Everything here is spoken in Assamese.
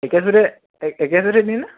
একেচোতে একেচোতে দিয়েনে